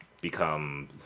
become